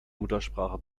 muttersprache